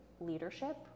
leadership